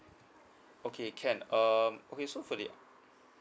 okay can um okay so for the